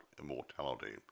immortality